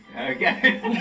Okay